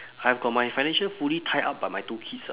I have got my financial fully tied up by my two kids